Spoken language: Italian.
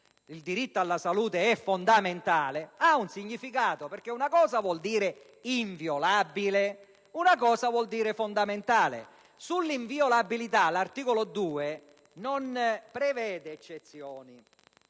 il diritto alla salute è fondamentale, questo ha un significato, perché una cosa vuol dire inviolabile, altra cosa vuol dire fondamentale. Sull'inviolabilità l'articolo 2 non prevede eccezioni,